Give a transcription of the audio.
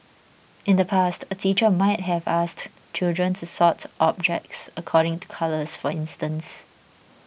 in the past a teacher might have asked children to sort objects according to colours for instance